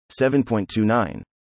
7.29